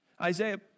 Isaiah